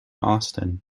austin